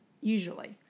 usually